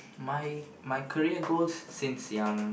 mine my career goals since young